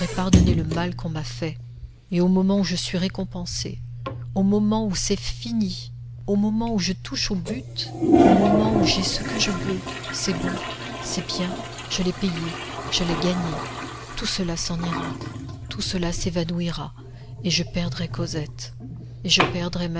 pardonné le mal qu'on m'a fait et au moment où je suis récompensé au moment où c'est fini au moment où je touche au but au moment où j'ai ce que je veux c'est bon c'est bien je l'ai payé je l'ai gagné tout cela s'en ira tout cela s'évanouira et je perdrai cosette et je perdrai ma